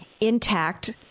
intact